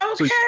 Okay